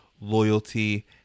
loyalty